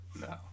No